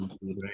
right